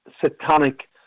satanic